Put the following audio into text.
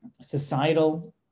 societal